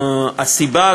הסיבה,